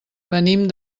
venim